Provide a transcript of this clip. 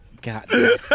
God